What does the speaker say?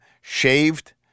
shaved